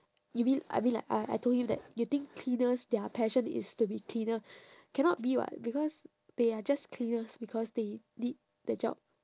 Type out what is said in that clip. you mean I mean like I I told him that you think cleaners their passion is to be cleaner cannot be [what] because they are just cleaners because they need the job